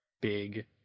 big